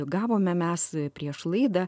gavome mes prieš laidą